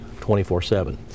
24-7